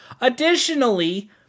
additionally